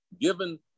given